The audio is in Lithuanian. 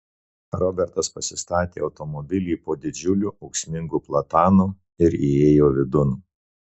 robertas pasistatė automobilį po didžiuliu ūksmingu platanu ir įėjo vidun